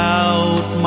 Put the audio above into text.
out